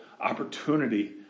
opportunity